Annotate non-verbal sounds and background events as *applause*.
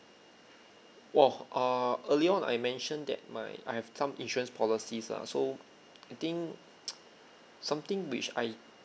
!wah! err earlier on I mentioned that my I have some insurance policies ah so I think *noise* something which I